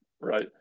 right